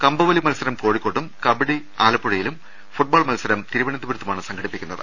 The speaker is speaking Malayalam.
കമ്പവലി മത്സരം കോഴിക്കോട്ടും കബഡി ആല പ്പുഴയിലും ഫുട്ബോൾ മത്സരം തിരുവനന്തപുരത്തുമാണ് സംഘടിപ്പിക്കു ന്നത്